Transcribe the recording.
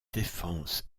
défense